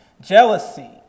jealousy